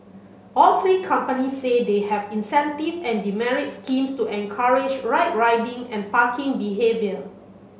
all three companies say they have incentive and demerit schemes to encourage right riding and parking behaviour